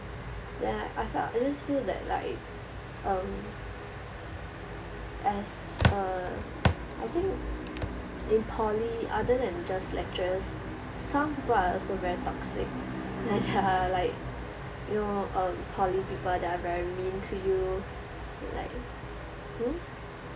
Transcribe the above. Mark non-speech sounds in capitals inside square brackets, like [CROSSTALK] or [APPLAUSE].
ya then I I felt I just feel that like um as a I think in poly other than just lecturers some people are also very toxic and [LAUGHS] they're like you know um poly people they are very mean to you like hmm